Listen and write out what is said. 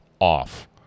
off